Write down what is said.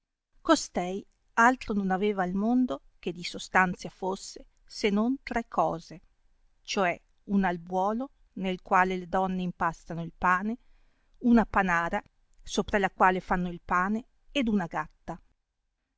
costei altro non aveva al mondo che di sostanzia fosse se non tre cose cioè uno albuolo nel quale le donne impastano il pane una panara sopra la quale fanno il pane ed una gatta